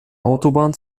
autobahn